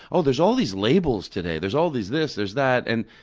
oh, there's all these labels today. there's all these this, there's that. and